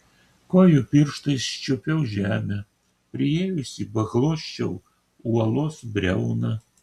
kojų pirštais čiuopiau žemę priėjusi paglosčiau uolos briauną